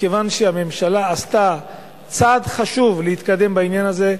מכיוון שהממשלה עשתה צעד חשוב כדי להתקדם בעניין הזה,